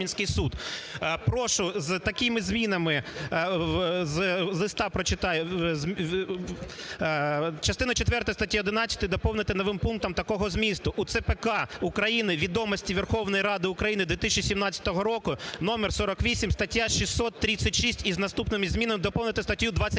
Прошу з такими змінами листа прочитаю. Частину четверту статті 11 доповнити новим пунктом такого змісту: "У ЦПК України "Відомості Верховної Ради України" 2017 року № 48 стаття 636 із наступними змінами доповнити статтю 28".